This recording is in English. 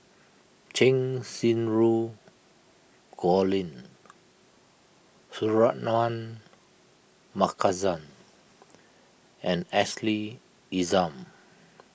Cheng Xinru Colin Suratman Markasan and Ashley Isham